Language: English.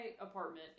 apartment